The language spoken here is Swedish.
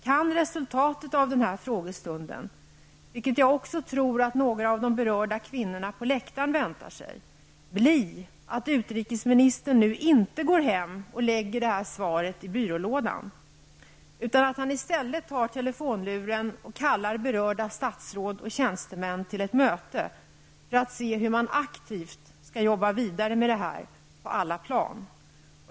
Kan resultatet av den här frågestunden bli, något som jag tror att de berörda kvinnorna på läktaren väntar sig, att utrikesministern nu inte går hem och lägger det här svaret i byrålådan utan att han i stället tar telefonluren och kallar berörda statsråd och tjänstemän till ett möte för att se hur man aktivt skall jobba vidare med detta på alla plan?